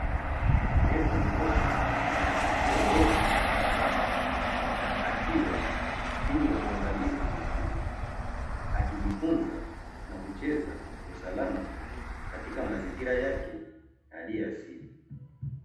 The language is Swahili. Tembo mdogo anachezea udongo kwa furaha akiwa chini ya uangalizi makini, akijifunza na kucheza kwa usalama katika mazingira yake yaliyo asili.